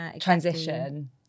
transition